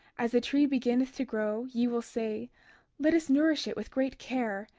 as the tree beginneth to grow, ye will say let us nourish it with great care,